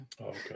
okay